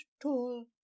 tall